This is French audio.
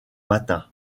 matin